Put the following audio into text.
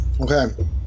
Okay